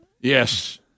Yes